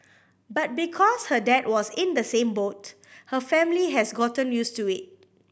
but because her dad was in the same boat her family has gotten used to it